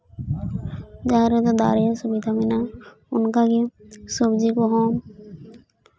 ᱡᱟᱦᱟᱸ ᱨᱮᱫᱚ ᱫᱟᱜ ᱨᱮᱭᱟᱜ ᱥᱩᱵᱤᱫᱷᱟ ᱦᱮᱱᱟᱜᱼᱟ ᱚᱱᱠᱟ ᱜᱮ ᱥᱚᱵᱽᱡᱤ ᱠᱚᱦᱚᱸ